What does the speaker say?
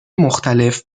مختلف